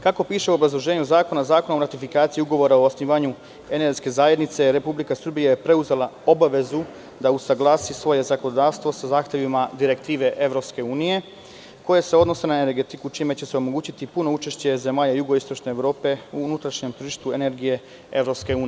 Kako piše u obrazloženju zakona, Zakon o ratifikaciji Ugovora o osnivanju energetske zajednice, Republika Srbija je preuzela obavezu da usaglasi svoje zakonodavstvo sa zahtevima direktive EU, koje se odnose na energetiku, čime će se omogućiti puno učešće zemalja Jugoistočne Evrope u unutrašnjem tržištu energije EU.